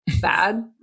bad